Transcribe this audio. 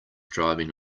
driving